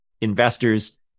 investors